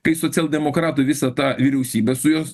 kai socialdemokratų visa ta vyriausybė su jos